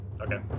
Okay